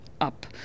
up